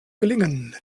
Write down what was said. gelingen